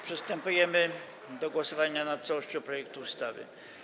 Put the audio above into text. Przystępujemy do głosowania nad całością projektu ustawy.